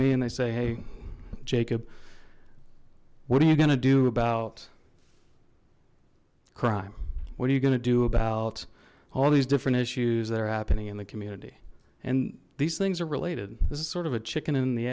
me and they say hey jacob what are you gonna do about crime what are you gonna do about all these different issues that are happening in the community and these things are related this is sort of a chicken in the